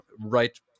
right